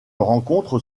rencontre